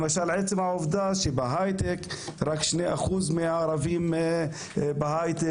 למשל עצם העובדה שרק 2% מהערבים בהייטק,